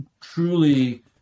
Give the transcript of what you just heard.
truly